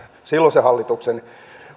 silloisen hallituksen